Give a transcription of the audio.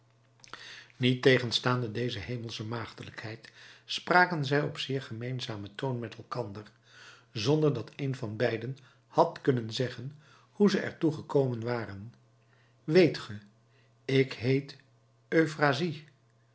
niettegenstaande deze hemelsche maagdelijkheid spraken zij op zeer gemeenzamen toon met elkander zonder dat een van beiden had kunnen zeggen hoe ze er toe gekomen waren weet ge ik heet